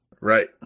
Right